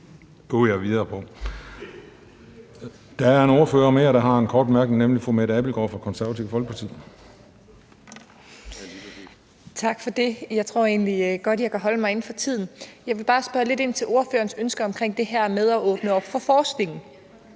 Der er en ordfører mere, der har en kort bemærkning, nemlig fru Mette Abildgaard fra Det Konservative Folkeparti.